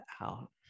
out